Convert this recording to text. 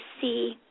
see